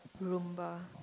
rumbar